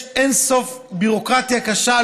יש אין-סוף ביורוקרטיה קשה,